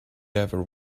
ever